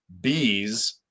bees